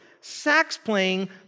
sax-playing